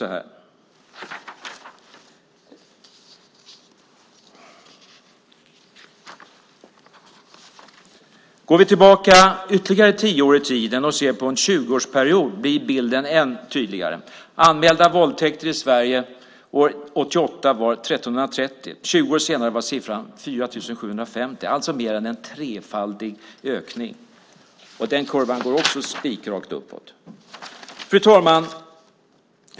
Om vi går tillbaka ytterligare tio år i tiden och ser på en 20-årsperiod blir bilden ännu tydligare. Antalet anmälda våldtäkter i Sverige år 1988 var 1 330. 20 år senare var siffran 4 750 - alltså mer än en trefaldig ökning. Den kurvan går också spikrakt uppåt. Fru talman!